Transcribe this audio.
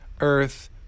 earth